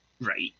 right